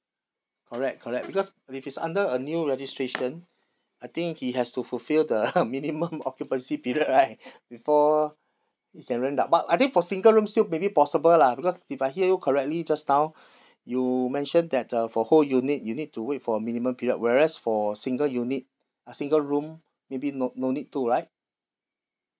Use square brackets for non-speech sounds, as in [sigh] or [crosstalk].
correct correct because if it's under a new registration I think he has to fulfill the [laughs] minimum occupancy period right before he can rent out but I think for single room still may be possible lah because if I hear you correctly just now you mention that uh for whole unit you need to wait for minimum period whereas for single unit a single room may be no no need to right